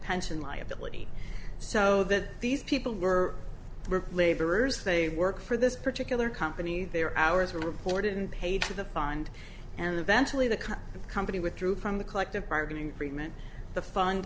pension liability so that these people were laborers they work for this particular company their hours were reported and paid to the find and eventually the company withdrew from the collective bargaining agreement the fund